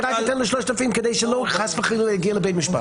אני אתן לו קנס של 3,000 כדי שחס וחלילה לא יגיע לבית המשפט?